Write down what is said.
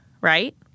right